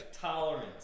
Tolerance